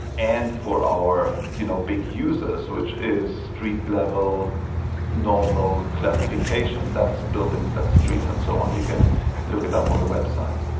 and for our you know big uses, which is street level normal classification, that's buildings, that's trees and so on. you can look it up on the website.